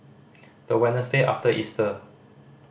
the Wednesday after Easter